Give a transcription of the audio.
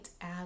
add